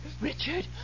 Richard